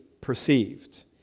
perceived